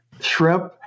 shrimp